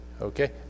Okay